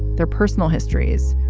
their personal histories,